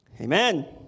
Amen